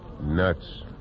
Nuts